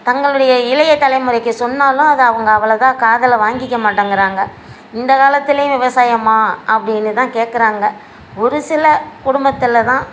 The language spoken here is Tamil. தங்களுடைய இளைய தலைமுறைக்கு சொன்னாலெலாம் அதை அவங்க அவ்வளோ இதாக காதில் வாங்கிக்க மாட்டடேங்கிறாங்க இந்த காலத்திலையும் விவசாயமாக அப்படின்னு தான் கேட்குறாங்க ஒரு சில குடும்பத்தில் தான்